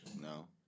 No